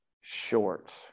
short